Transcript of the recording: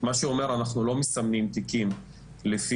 מה שאומר שאנחנו לא מסמנים תיקים לפי